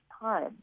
time